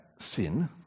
sin